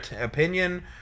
opinion